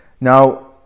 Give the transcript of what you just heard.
Now